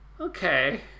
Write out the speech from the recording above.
Okay